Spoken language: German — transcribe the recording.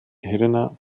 helena